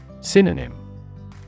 Synonym